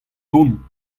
dont